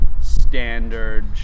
standard